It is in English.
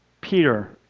Peter